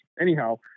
Anyhow